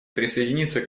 присоединиться